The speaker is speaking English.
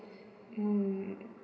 mm